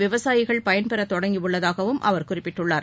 விவசாயிகள் பயன்பெறத் இந்த தொடங்கியுள்ளதாகவும் அவர் குறிப்பிட்டுள்ளார்